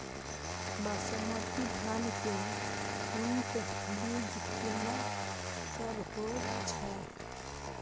बासमती धान के उन्नत बीज केना सब होयत छै?